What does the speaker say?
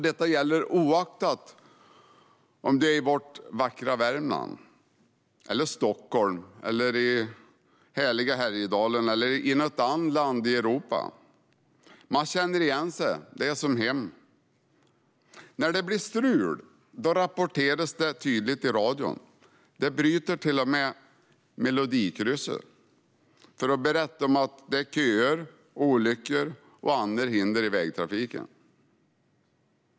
Detta gäller oavsett om du är i vårt vackra Värmland, Stockholm eller härliga Härjedalen eller i något annat land i Europa. Man känner igen sig. Det är som hemma. När det blir strul rapporteras det tydligt i radion. De bryter till och med Melodikrysset för att berätta om att det är köer, olyckor och andra hinder i vägtrafiken.